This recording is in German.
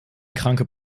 kranke